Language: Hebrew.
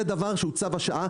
זה דבר שהוא צו השעה.